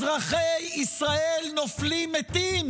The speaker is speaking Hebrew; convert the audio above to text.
אזרחי ישראל נופלים מתים